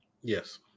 Yes